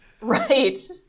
Right